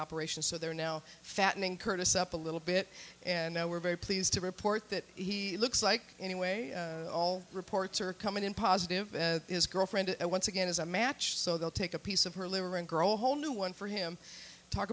operation so they're now fattening curtis up a little bit and now we're very pleased to report that he looks like anyway all reports are coming in positive as is girlfriend and once again is a match so they'll take a piece of her liver and grow whole new one for him talk